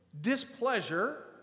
displeasure